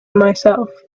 myself